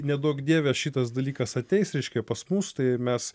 neduok dieve šitas dalykas ateis reiškia pas mus tai mes